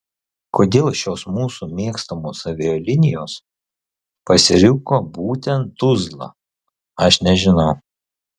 kodėl šios mūsų mėgstamos avialinijos pasirinko būtent tuzlą aš nežinau